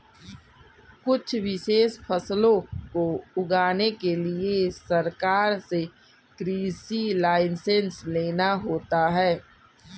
कुछ विशेष फसलों को उगाने के लिए सरकार से कृषि लाइसेंस लेना होता है